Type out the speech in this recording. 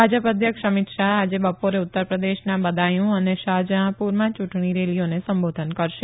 ભાજપ અધ્યક્ષ અમિત શાહ આજે બપોરે ઉત્તર પ્રદેશના બદાયુ અને શાહજહાપુરમાં યુંટણી રેલીઓને સંબોધન કરશે